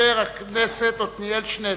חבר הכנסת עתניאל שנלר.